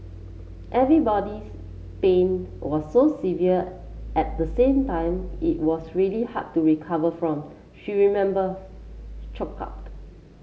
everybody's pain was so severe at the same time it was really hard to recover from she remembers choked up